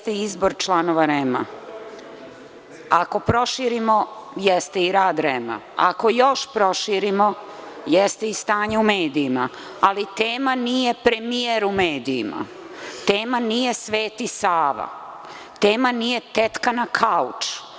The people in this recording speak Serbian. Tema jeste izbor članova REM-a, ako proširimo jeste i rad REM-a, ako još proširimo jeste i stanje u medijima, ali tema nije premijer u medijima, tema nije Sveti Sava, tema nije tetka na kauču.